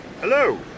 Hello